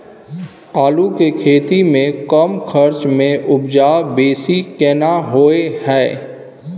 आलू के खेती में कम खर्च में उपजा बेसी केना होय है?